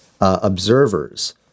observers